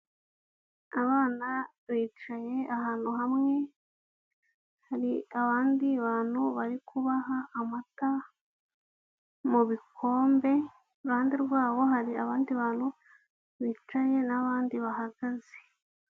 Abana bicaye ahantu hamwe, hari abandi bantu barikubaha amata mu bikombe, iruhande rwabo hari abandi bantu bicaye n'abandi bahagaze.